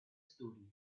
story